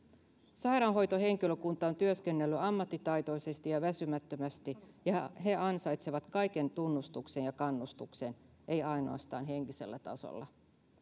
sairaanhoitohenkilökunta on työskennellyt ammattitaitoisesti ja väsymättömästi ja he ansaitsevat kaiken tunnustuksen ja kannustuksen ei ainoastaan henkisellä tasolla